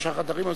שלושה חדרים?